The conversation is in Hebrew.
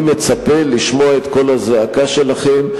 אני מצפה לשמוע את קול הזעקה שלכם,